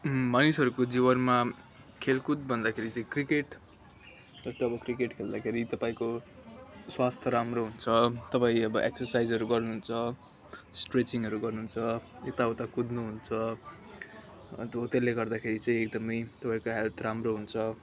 मानिसहरूको जीवनमा खेलकुद भन्दाखेरि चाहिँ क्रिकेट जस्तो अब क्रिकेट खेल्दाखेरि तपाईँको स्वास्थ्य राम्रो हुन्छ तपाईँ अब एक्सर्साइजहरू गर्नुहुन्छ स्ट्रेचिङहरू गर्नुहुन्छ यता उता कुद्नुहुन्छ अन्त हो त्यसले गर्दाखेरि चाहिँ एकदमै तपाईँको हेल्थ राम्रो हुन्छ